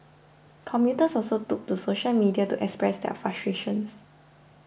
commuters also took to social media to express their frustration